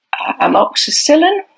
amoxicillin